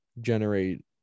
generate